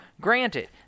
granted